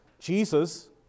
Jesus